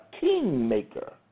kingmaker